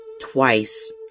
Twice